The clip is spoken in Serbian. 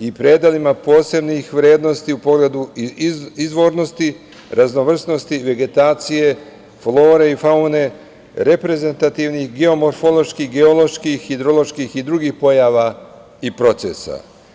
i predelima posebnih vrednosti u pogledu izvornosti i raznovrsnosti vegetacije, flore i faune, reprezentativnih, geomorfoloških, geoloških, hidroloških i drugih pojava i procesa.